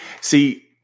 See